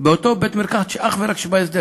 בבית-מרקחת אך ורק שבהסדר.